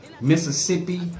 Mississippi